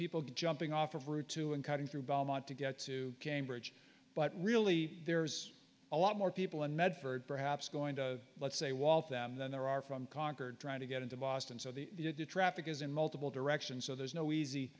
people jumping off of route two and cutting through belmont to get to cambridge but really there's a lot more people in medford perhaps going to let's say waltham than there are from concord trying to get into boston so the traffic is in multiple directions so there's no easy